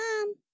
Mom